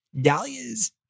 dahlias